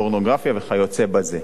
פורנוגרפיה וכיוצא בזה.